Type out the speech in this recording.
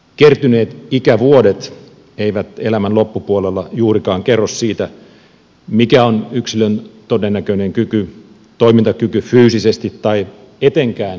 kertyneet ikävuodet eivät elämän loppupuolella juurikaan kerro siitä mikä on yksilön todennäköinen toimintakyky fyysisesti tai etenkään henkisesti